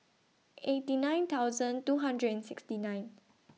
eighty nine thousand two hundred and sixty nine